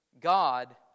God